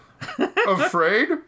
Afraid